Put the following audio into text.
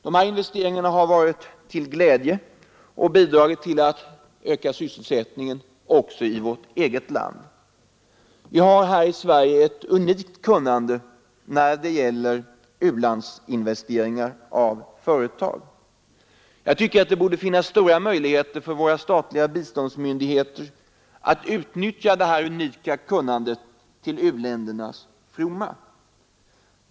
Dessa investeringar har varit till glädje och bidragit till att öka sysselsättningen också i vårt eget land. Vi har här i Sverige ett unikt kunnande när det gäller utlandsinvesteringar. Det borde finnas stora möjligheter för våra statliga biståndsmyndigheter att utnyttja detta kunnande till u-ländernas fromma.